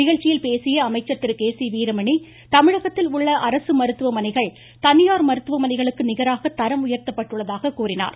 நிகழ்ச்சியில் பேசிய Thiru K C Veeramani தமிழகத்தில் உள்ள அரசு மருத்துவமனைகள் தனியார் மருத்துவ மனைகளுக்கு நிகராக தரம் உயர்த்தப்பட்டுள்ளதாக கூறினார்